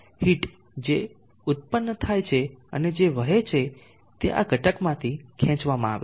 heat જે ઉત્પન્ન થાય છે અને જે વહે છે તે આ ઘટકમાંથી ખેંચવામાં આવે છે